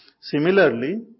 Similarly